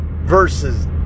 versus